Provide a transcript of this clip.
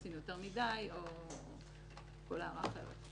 עשינו יותר מדיי או כל הערה אחרת.